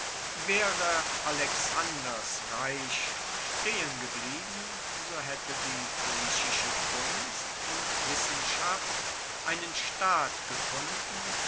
waere alexanders reich stehengeblieben so haette die griechische kunst und wissenschaft einen staat gefunden